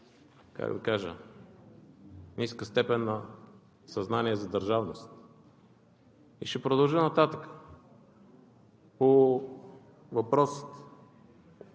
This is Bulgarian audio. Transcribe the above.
показваме ниска степен на съзнание за държавност. Ще продължа нататък по въпросите.